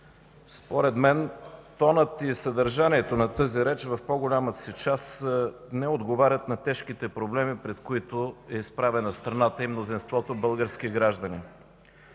Според мен тонът и съдържанието на тази реч в по-голямата си част не отговорят на тежките проблеми, пред които е изправена страната и мнозинството български граждани.